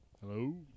Hello